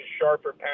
sharper